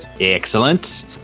Excellent